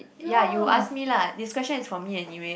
ya you ask me lah this question is for me anyway